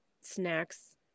snacks